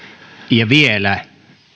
ja vielä